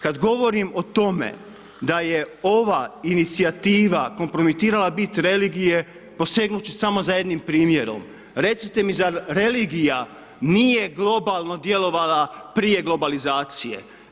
Kada govorim o tome, da je ova inicijativa, kompromitirala bit religije, posegnuti ću samo za jednim primjerom, recite mi zar religija, nije globalno djelovala prije globalizacije?